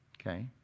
okay